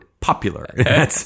popular